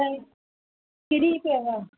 त किरी पियव